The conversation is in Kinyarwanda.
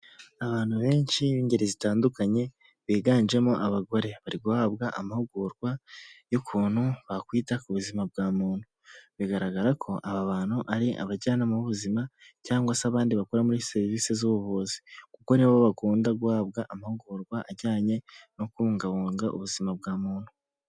Abantu benshi b'ingeri zitandukanye biganjemo abagore. Bari guhabwa amahugurwa y'ukuntu bakwita ku buzima bwa muntu. Bigaragara ko aba bantu ari abajyanama b'ubuzima cyangwa se abandi bakora muri serivisi z'ubuvuzi. Kuko ni bo bakunda guhabwa amahugurwa ajyanye no kubungabunga ubuzima bwa muntu.